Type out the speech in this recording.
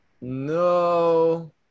No